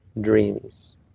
dreams